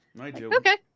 Okay